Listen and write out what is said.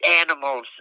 animals